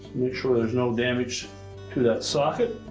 make sure there is no damage to that socket